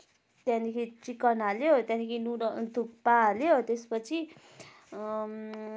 त्यहाँदेखि चिकन हाल्यो त्यहाँदेखि नुडल्स थुक्पा हाल्यो त्यसपछि